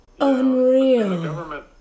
Unreal